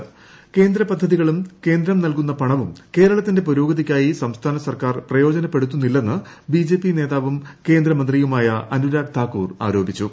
കേന്ദ്ര നൽകുന്ന കേന്ദ്രം പദ്ധതികളും പണവും കേരളത്തിന്റെ പുരോഗതിക്കായി സംസ്ഥാന സർക്കാർ പ്രയോജനപ്പെടുത്തുന്നില്ലെന്ന് ബിജെപി നേതാവും കേന്ദ്ര മന്ത്രിയുമായ അനുരാഗ് താക്കൂർ ആരോപിച്ചു